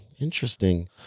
interesting